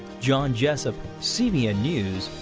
john jessup, cbn news,